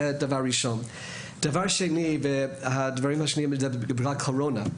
הדבר השני הוא הקורונה.